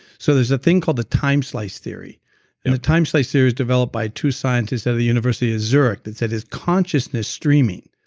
so there's a thing called the time slice theory, and the time slice theory is developed by two scientists at the university of zurich that said it's consciousness streaming.